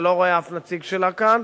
אתה לא רואה אף נציג שלה כאן,